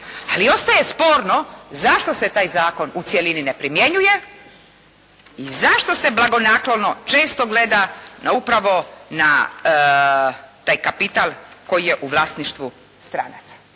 Ali ostaje sporno zašto se taj zakon u cjelini ne primjenjuje i zašto se blagonaklono često gleda na upravo na taj kapital koji je u vlasništvu stranaca,